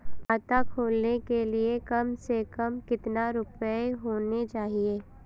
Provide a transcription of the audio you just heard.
खाता खोलने के लिए कम से कम कितना रूपए होने चाहिए?